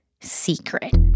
secret